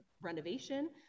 renovation